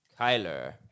Kyler